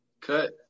Cut